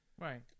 Right